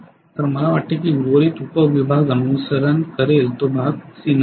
तर मला वाटते की उर्वरीत उपविभाग अनुसरण करेल तो भाग C नसावा